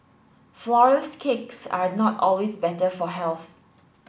Flourless cakes are not always better for health